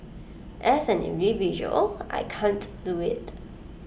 as an individual I can't do IT